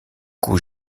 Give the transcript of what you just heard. coup